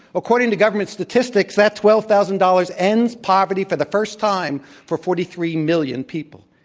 according to government statistics that twelve thousand dollars ends poverty for the first time for forty three million people.